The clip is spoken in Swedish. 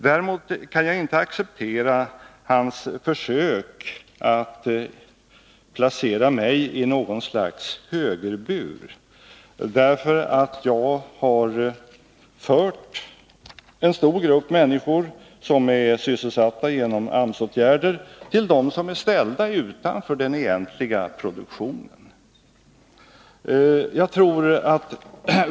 Däremot kan jag inte acceptera arbetsmarknadsministerns försök att placera mig i något slags högerbur, därför att jag har fört en stor grupp människor som är sysselsatta genom AMS-åtgärder till dem som är ställda utanför den ordinarie produktionen.